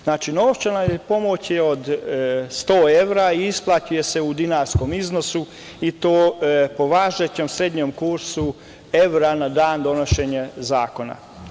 Znači, novčana pomoć od 100 evra isplaćuje se u dinarskom iznosi i to po važećem srednjem kursu evra na dan donošenja zakona.